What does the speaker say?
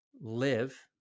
live